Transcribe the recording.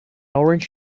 orange